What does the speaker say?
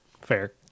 fair